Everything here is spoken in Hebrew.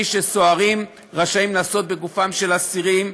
שסוהרים רשאים לעשות בגופם של אסירים,